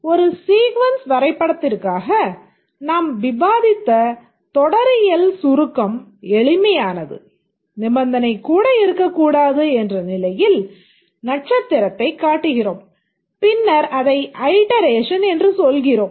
ஒரு சீக்வென்ஸ் வரைபடத்திற்காக நாம் விவாதித்த தொடரியல் சுருக்கம் எளிமையானது நிபந்தனை கூட இருக்கக்கூடாது என்ற நிலையில் நட்சத்திரத்தைக் காட்டுகிறோம் பின்னர் அதை ஐட்டரேஷன் என்று சொல்கிறோம்